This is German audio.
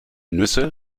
nüsse